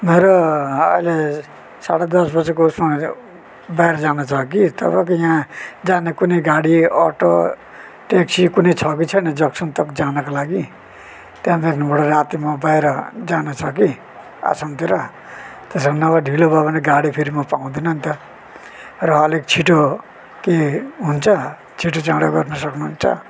मेरो अहिले साढे दस बजेको उसमा बाहिर जानु छ कि तपाईँको यहाँ जाने कुनै गाडी अटो ट्याक्सी कुनै छ कि छैन जक्सन तक जानको लागि त्यहाँदेखिबाट राती म बाहिर जानु छ कि आसमतिर त्यसो नभए ढिलो भयो भने गाडी फेरिमा पाउँदैन नि त र अलिक छिटो के हुन्छ छिटो चाँडो गर्नु सक्नुहुन्छ